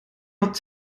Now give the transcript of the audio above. had